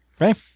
Right